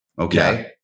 Okay